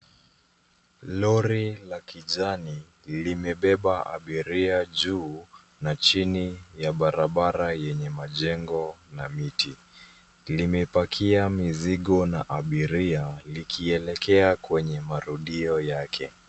Lori la kijani limebeba abiria juu na chini ya barabara yenye majengo na miti. Limepakia mizigo na abiria, likielekea kwenye marudio yake.